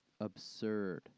absurd